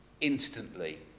instantly